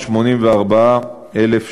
34,484,000 שקלים.